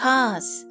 Cause